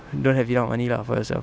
don't have enough money lah for yourself